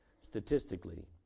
Statistically